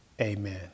Amen